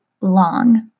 long